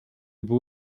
boo